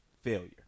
failure